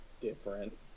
different